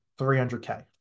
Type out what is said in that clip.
300K